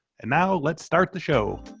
and now let's start the show